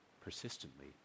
persistently